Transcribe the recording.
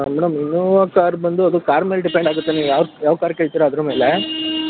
madam Innova car ಬಂದು ಅದು car ಮೇಲೆ ಡಿಪೆಂಡಾಗುತ್ತೆ ನೀವು ಯಾವ ಯಾವ ಕಾರ್ ಕೇಳ್ತಿರಾ ಅದ್ರ ಮೇಲೆ